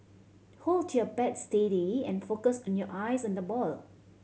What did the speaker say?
hold your bat steady and focus on your eyes on the ball